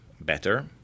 better